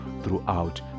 throughout